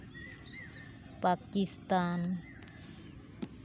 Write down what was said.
Pakistan